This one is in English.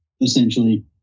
essentially